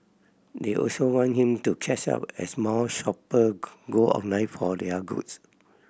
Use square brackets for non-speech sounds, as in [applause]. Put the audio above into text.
they also want him to catch up as more shopper [unintelligible] go online for their goods